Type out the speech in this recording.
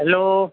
hello